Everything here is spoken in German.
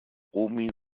omi